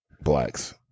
blacks